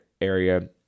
area